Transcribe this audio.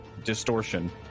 distortion